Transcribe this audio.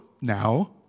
now